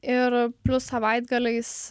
ir plius savaitgaliais